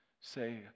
say